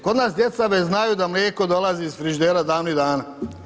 Kod nas djeca već znaju da mlijeko dolazi iz frižidera davnih dana.